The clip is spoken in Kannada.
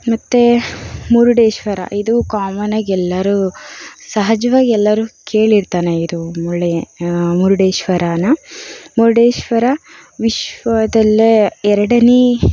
ಮತ್ತೆ ಮುರುಡೇಶ್ವರ ಇದು ಕಾಮನಾಗಿ ಎಲ್ಲರೂ ಸಹಜವಾಗಿ ಎಲ್ಲರೂ ಕೇಳಿರ್ತಾನೆ ಇದು ಮುಳ್ಳಯ್ ಮುರುಡೇಶ್ವರಾನ ಮುರುಡೇಶ್ವರ ವಿಶ್ವದಲ್ಲೇ ಎರಡನೆಯ